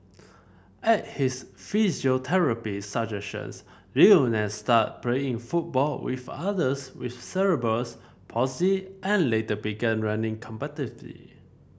at his physiotherapist suggestions Lionel start playing football with others with cerebrals palsy and later began running competitively